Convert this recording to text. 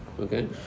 Okay